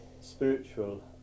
spiritual